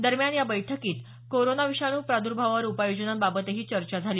दरम्यान या बैठकीत कोरोना विषाणू प्रादर्भावावर उपाययोजनांबाबतही चर्चा झाली